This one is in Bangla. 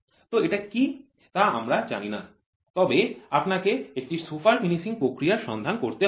তো এটি কী তা আমরা জানি না তবে আপনাকে একটি সুপার ফিনিশিং প্রক্রিয়ার সন্ধান করতে হবে